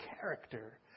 character